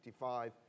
1955